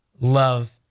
love